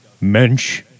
Mensch